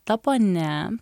ta ponia